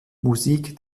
musik